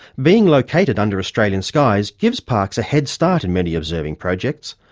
being located under australian skies gives parkes a head start in many observing projects.